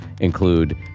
include